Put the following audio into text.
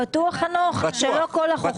בטוח שלא כל החכמה אצלך.